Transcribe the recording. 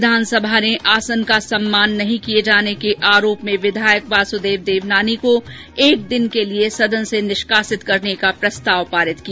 विधानसभा ने आसान का सम्मान नहीं किये जाने के आरोप में विधायक वासुदेव देवनानी को एक दिन के लिए सदन से निष्कासित करने का प्रस्ताव पारित किया